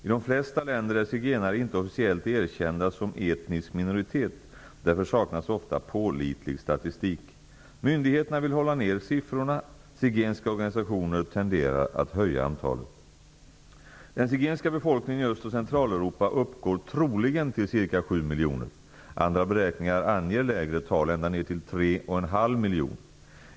I de flesta länder är zigenare inte officiellt erkända som etnisk minoritet, därför saknas ofta pålitlig statistik. Myndigheterna vill hålla ner siffrorna, medan zigenska organisationer tenderar att höja antalet. Centraleuropa uppgår troligen till ca 7 miljoner. Andra beräkningar anger lägre antal, ända ner till tre och en halv miljon.